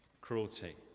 cruelty